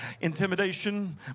intimidation